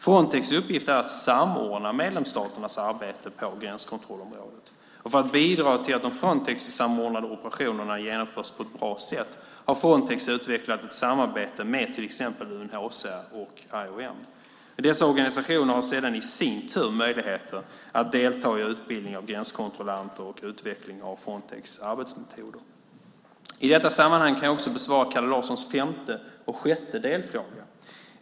Frontex uppgift är att samordna medlemsstaternas arbete på gränskontrollområdet. För att bidra till att de Frontexsamordnade operationerna genomförs på ett bra sätt har Frontex utvecklat ett samarbete med till exempel UNHCR och IOM. Dessa organisationer har sedan i sin tur möjlighet att delta i utbildning av gränskontrollanter och utveckling av Frontex arbetsmetoder. I detta sammanhang kan jag också besvara Kalle Larssons femte och sjätte delfråga.